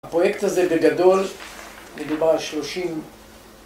הפרויקט הזה בגדול מדובר על שלושים